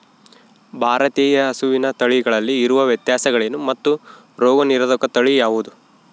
ಭಾರತೇಯ ಹಸುವಿನ ತಳಿಗಳಲ್ಲಿ ಇರುವ ವ್ಯತ್ಯಾಸಗಳೇನು ಮತ್ತು ರೋಗನಿರೋಧಕ ತಳಿ ಯಾವುದು?